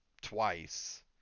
twice